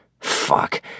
Fuck